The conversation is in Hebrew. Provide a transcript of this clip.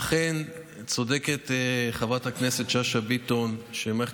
אכן צודקת חברת הכנסת שאשא ביטון שמערכת